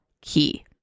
key